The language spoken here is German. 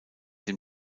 dem